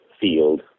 field